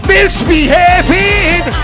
Misbehaving